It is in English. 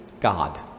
God